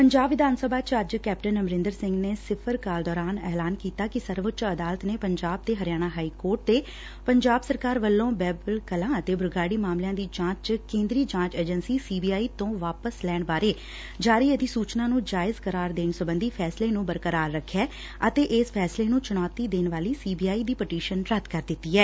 ਪੰਜਾਬ ਵਿਧਾਨ ਸਭਾ ਚ ਅੱਜ ਕੈਪਟਨ ਅਮਰਿੰਦਰ ਸਿੰਘ ਨੇ ਸਿਫ਼ਰ ਕਾਲ ਦੌਰਾਨ ਐਲਾਨ ਕੀਤਾ ਕਿ ਸਰਵਉੱਚ ਅਦਾਲਤ ਨੇ ਪੰਜਾਬ ਤੇ ਹਰਿਆਣਾ ਹਾਈ ਕੋਰਟ ਦੇ ਪੰਜਾਬ ਸਰਕਾਰ ਵੱਲੋਂ ਬਹਿਬਲ ਕਲਾਂ ਅਤੇ ਬਰਗਾਤੀ ਮਾਮਲਿਆਂ ਦੀ ਜਾਂਚ ਕੇਂਦਰੀ ਜਾਂਚ ਏਜੰਸੀ ਸੀ ਬੀ ਆਈ ਤੋਂ ਵਾਪਸ ਲੈਣ ਬਾਰੇ ਜਾਰੀ ਅਧਿਸੁਚਨਾ ਨੂੰ ਜਾਇਜ ਕਰਾਰ ਦੇਣ ਸਬੰਧੀ ਫੈਸਲੇ ਨੂੰ ਬਰਕਰਾਰ ਰਖਿਐ ਅਤੇ ਇਸ ਫੈਸਲੇ ਨੂੰ ਚੁਣੌਤੀ ਦੇਣ ਵਾਲੀ ਸੀ ਬੀ ਆਈ ਦੀ ਪਟੀਸ਼ਨ ਰੱਦ ਕਰ ਦਿੱਤੀ ਐ